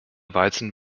weizen